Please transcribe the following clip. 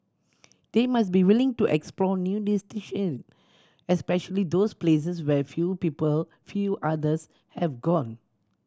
they must be willing to explore new especially those places where few people few others have gone